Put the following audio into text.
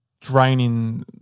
draining